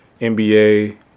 NBA